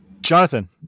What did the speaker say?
Jonathan